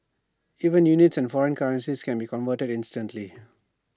even units and foreign currencies can be converted instantly